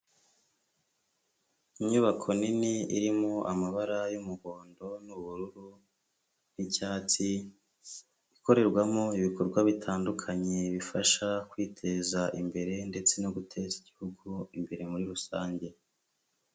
Inyubako nini irimo amabara y'umuhondo, n'ubururu, n'icyatsi. Ikorerwamo ibikorwa bitandukanye bifasha kwiteza imbere ndetse no guteza igihugu imbere muri rusange.